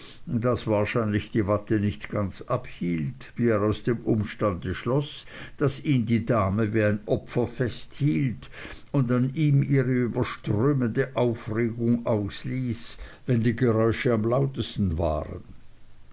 das wahrscheinlich die watte nicht ganz abhielt wie er aus dem umstande schloß daß ihn die dame wie ein opfer festhielt und an ihm ihre überströmende aufregung ausließ wenn die geräusche am lautesten waren